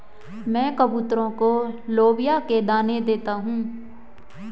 मैं कबूतरों को लोबिया के दाने दे देता हूं